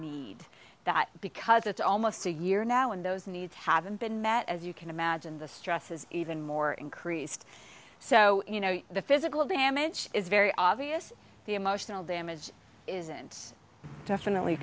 need that because it's almost a year now and those needs haven't been met as you can imagine the stress is even more increased so you know the physical damage is very obvious the emotional damage isn't definitely